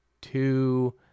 two